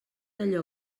allò